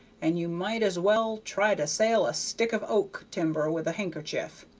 and you might as well try to sail a stick of oak timber with a handkerchief.